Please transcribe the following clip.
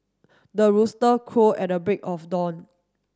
the rooster crow at the break of dawn